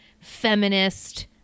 feminist